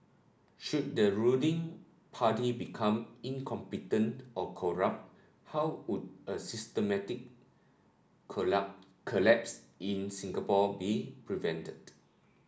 should the ruling party become incompetent or corrupt how would a systematic colla collapse in Singapore be prevented